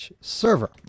server